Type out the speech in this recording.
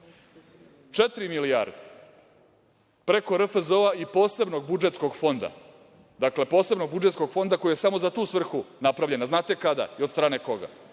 milijarde preko RFZO i posebnog budžetskog fonda, posebnog budžetskog fonda koji je samo za tu svrhu napravljen, a znate kada i od strane koga,